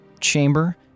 chamber